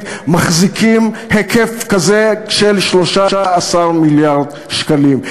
מחזיקים היקף כזה של 13 מיליארד שקלים?